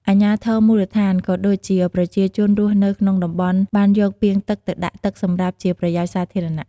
អាជ្ញាធរមូលដ្ឋាន ក៏ដូចជាប្រជាជនរស់នៅក្នុងតំបន់បានយកពាងទឹកទៅដាក់ទឹកសម្រាប់ជាប្រយោជន៍សាធារណៈ។